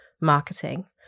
marketing